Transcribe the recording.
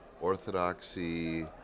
orthodoxy